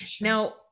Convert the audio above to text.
Now